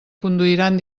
conduiran